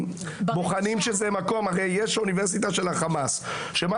הרי יש אוניברסיטאות של החמאס שמה